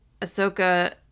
Ahsoka